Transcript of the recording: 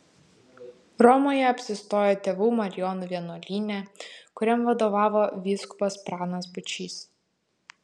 romoje apsistojo tėvų marijonų vienuolyne kuriam vadovavo vyskupas pranas būčys